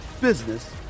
business